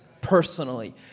personally